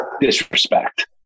disrespect